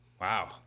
Wow